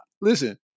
listen